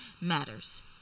matters